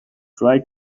try